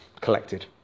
collected